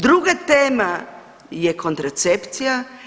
Druga tema je kontracepcija.